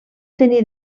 tenir